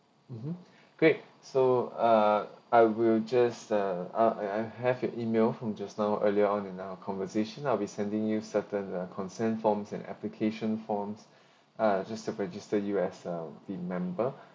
mmhmm great so uh I will just uh and I have your email from just now earlier on in our conversation I'll be sending you certain uh consent forms and application forms uh just to register you as a the member